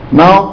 now